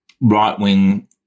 right-wing